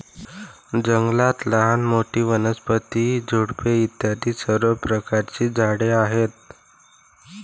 जंगलात लहान मोठी, वनस्पती, झुडपे इत्यादी सर्व प्रकारची झाडे आहेत